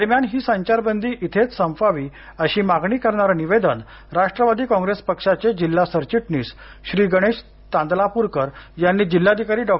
दरम्यान ही संचारबंदी इथेच संपवावीअशी मागणी करणारे निवेदन राष्ट्रवादी काँप्रेस पक्षाचे जिल्हा सरचिटणीस श्री गणेश तांदलापूरकर यांनी जिल्हाधिकारी डॉ